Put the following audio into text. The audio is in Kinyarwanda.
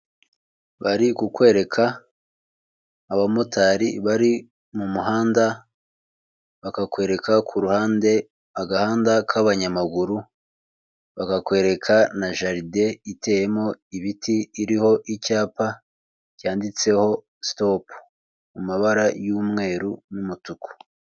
Bari kukwereka abamotari bari mu muhanda bakakwereka ku ruhande agahanda k'abanyamaguru, bakakwereka na jaride iteyemo ibiti iriho icyapa cyanditseho sitopu mu mabara y'umweru n'umutuku.